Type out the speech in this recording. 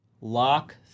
lock